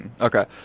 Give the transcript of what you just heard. Okay